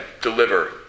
deliver